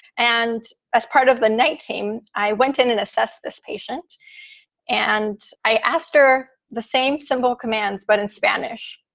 and as part of the night team, i went in and assessed this patient and i asked her the same simple commands, but in spanish,